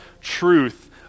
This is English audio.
truth